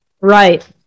right